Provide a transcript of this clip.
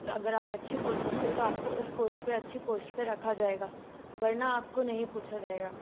अगर आप अच्छी बोल सकते हैं तो आपको उस पोस्ट पर अच्छी पोस्ट पर रखा जाएगा वरना आपको नहीं पूछा जाएगा